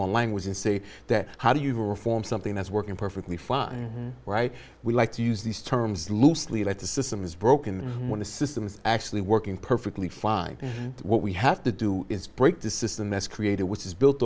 on language and say that how do you reform something that's working perfectly fine right we like to use these terms loosely that the system is broken when the system is actually working perfectly fine what we have to do is break the system that's created which is buil